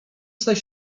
staje